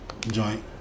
Joint